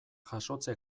jasotze